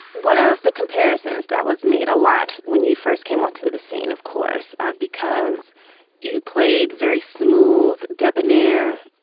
one of the comparisons that was made a lot when you first came onto the scene, of course, because you played very smooth, debonair,